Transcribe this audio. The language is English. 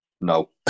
no